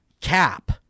Cap